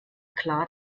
klar